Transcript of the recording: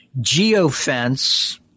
geofence